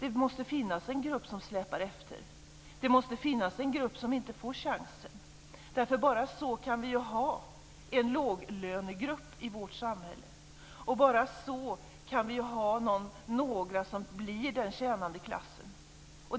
det måste finnas en grupp som släpar efter. Det måste finnas en grupp som inte får chansen. Bara så kan vi ha en låglönegrupp i vårt samhälle. Bara så kan vi ha en tjänande klass.